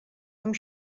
amb